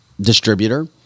distributor